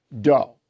dough